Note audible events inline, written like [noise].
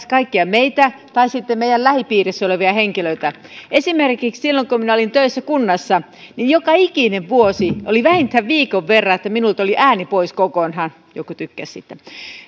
[unintelligible] kaikkia meitä tai sitten meidän lähipiirissämme olevia henkilöitä esimerkiksi silloin kun minä olin töissä kunnassa joka ikinen vuosi vähintään viikon verran minulta oli ääni pois kokonaan joku tykkäsi siitä